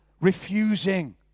refusing